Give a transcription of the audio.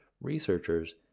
researchers